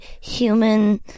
human